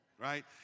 Right